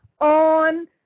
on